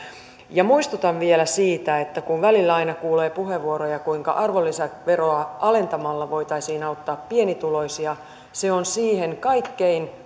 ja muistutan vielä siitä kun välillä aina kuulee puheenvuoroja kuinka arvonlisäveroa alentamalla voitaisiin auttaa pienituloisia että se on siihen kaikkein